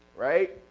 right?